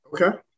Okay